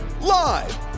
Live